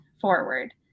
forward